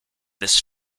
this